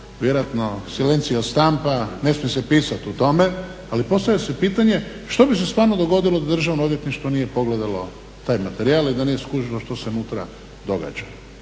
vjerojatno silentio stampa, ne smije se pisat o tome, ali postavlja se pitanje što bi se stvarno dogodilo da Državno odvjetništvo nije pogledalo taj materijal i da nije skužilo što se unutra događa.